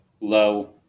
Low